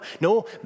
no